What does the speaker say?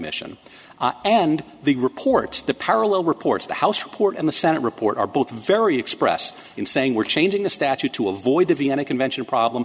mission and the reports the parallel reports the house report and the senate report are both very expressed in saying we're changing the statute to avoid the vienna convention problem